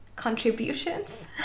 contributions